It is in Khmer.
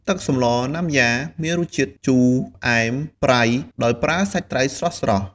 ទឹកសម្លណាំយ៉ាមានរសជាតិជូរផ្អែមប្រៃដោយប្រើសាច់ត្រីស្រស់ៗ។